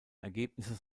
ergebnisse